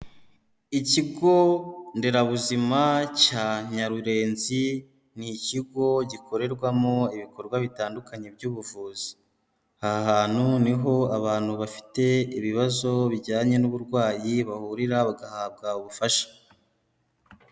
Ikigo nderabuzima cya Nyarurenzi, ni ikigo gikorerwamo ibikorwa bitandukanye by'ubuvuzi, aha hantu niho abantu bafite ibibazo bijyanye n'uburwayi bahurira bagahabwa ubufasha.